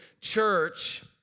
church